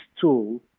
tool